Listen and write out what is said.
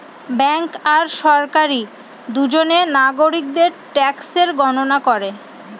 bank আর সরকারি দুজনে নাগরিকদের ট্যাক্সের গণনা করে